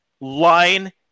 line